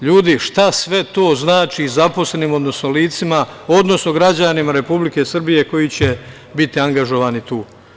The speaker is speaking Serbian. Ljudi, šta sve to znači zaposlenima, odnosno licima, odnosno građanima Republike Srbije koji će biti angažovani tu?